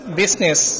business